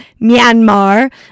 Myanmar